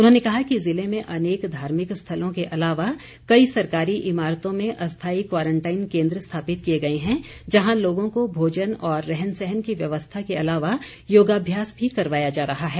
उन्होंने कहा कि ज़िले में अनेक धार्मिक स्थलों के अलावा कई सरकारी इमारतों में अस्थाई क्वारंटाइन केन्द्र स्थापित किए गए हैं जहां लोगों को भोजन और रहन सहन की व्यवस्था के अलावा योगाभ्यास भी करवाया जा रहा है